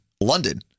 London